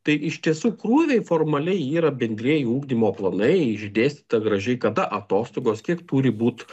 tai iš tiesų krūviai formaliai yra bendrieji ugdymo planai išdėstyta gražiai kada atostogos kiek turi būt